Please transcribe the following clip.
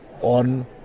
on